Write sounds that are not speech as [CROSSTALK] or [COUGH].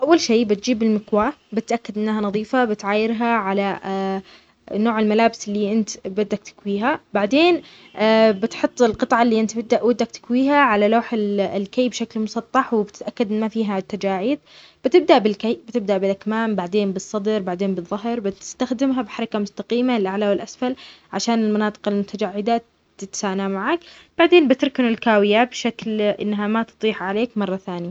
اول شي بتجيب المكواه بتأكد انها نظيفة بتعايرها على [HESITATION] نوع الملابس اللي انت بدك تكويها بعدين بتحط القطعة اللي انت بدك ودك تكويها على لوح الكي بشكل مسطح وبتتأكد ان ما فيها التجاعد بتبدأ بالكي، بتبدأ بالاكمام، بعدين بالصدر، بعدين بالظهر بتستخدمها بحركة مستقيمة للأعلى والاسفل عشان المناطق المتجاعدة تتسانى معاك بعدين بتركن الكاوية بشكل انها ما تضيح عليك مرة ثانية.